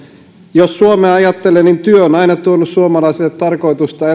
jos suomea ajattelee niin työ on aina tuonut suomalaisille tarkoitusta